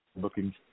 looking